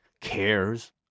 cares